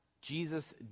Jesus